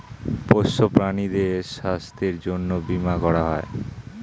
পোষ্য প্রাণীদের স্বাস্থ্যের জন্যে বীমা করা হয়